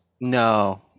no